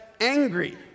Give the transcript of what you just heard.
angry